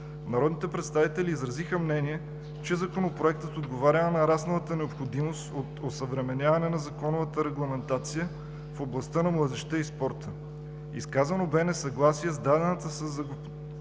Народните представители изразиха мнение, че Законопроектът отговаря на нарасналата необходимост от осъвременяване на законовата регламентация в областта на младежта и спорта. Изказано бе несъгласие с дадената със